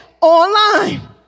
online